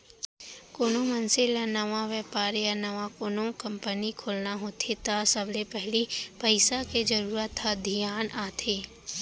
कोनो मनसे ल नवा बेपार या नवा कोनो कंपनी खोलना होथे त सबले पहिली पइसा के जरूरत ह धियान आथे